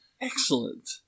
Excellent